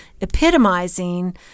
epitomizing